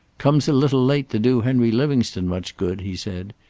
comes a little late to do henry livingstone much good, he said.